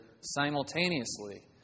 simultaneously